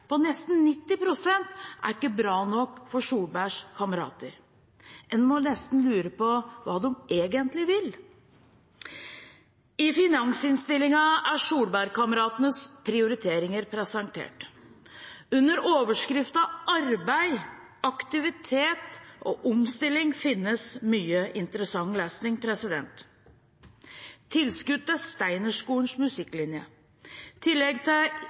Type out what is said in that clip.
på nesten 90 pst. er ikke bra nok for Solbergs kamerater. En må nesten lure på hva de egentlig vil. I finansinnstillingen er Solberg-kameratenes prioriteringer presentert. Under overskriften «Arbeid, aktivitet og omstilling» finnes mye interessant lesning: Tilskudd til Steinerskolens musikklinje, tilskudd til